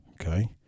Okay